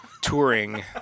touring